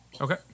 Okay